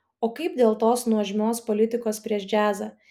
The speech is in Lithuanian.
o kaip dėl tos nuožmios politikos prieš džiazą